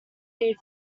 three